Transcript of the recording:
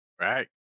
Right